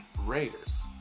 Raiders